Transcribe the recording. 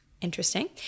Interesting